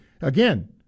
Again